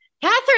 Catherine